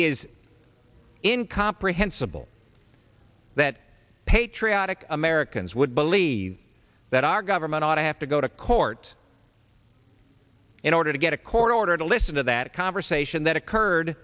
is in comprehensible that patriotic americans would believe that our government ought to have to go to court in order to get a court order to listen to that conversation that occurred